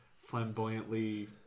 flamboyantly